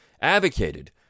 advocated